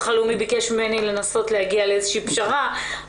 הלאומי ביקש ממני לנסות להגיע לאיזושהי פשרה,